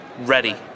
Ready